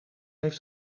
heeft